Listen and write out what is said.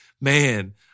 man